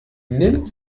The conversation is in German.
nimmt